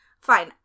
fine